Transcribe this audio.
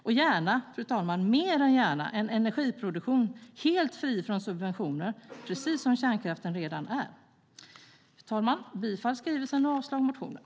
Och vi vill gärna, fru talman, ja, mer än gärna, ha en energiproduktion helt fri från subventioner, precis som kärnkraften redan är. Fru talman! Jag yrkar bifall till förslaget i betänkandet och avslag på motionerna.